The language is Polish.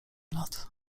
lat